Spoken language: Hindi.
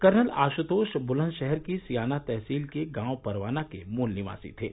कर्नल आश्तोष बुलंदशहर की सियाना तहसील के गांव परवाना के मूल निवासी थे